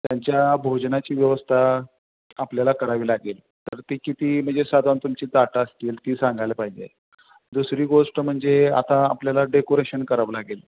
त्यांच्या भोजनाची व्यवस्था आपल्याला करावी लागेल तर ते किती म्हणजे साधारण तुमची ताटं असतील ती सांगायला पाहिजे दुसरी गोष्ट म्हणजे आता आपल्याला डेकोरेशन करावं लागेल